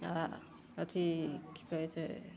आ अथी की कहै छै